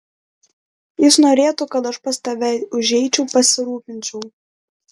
jis norėtų kad aš pas tave užeičiau pasirūpinčiau